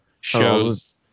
shows